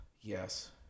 yes